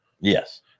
Yes